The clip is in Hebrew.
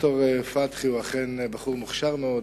ד"ר פתחי הוא אכן בחור מוכשר מאוד,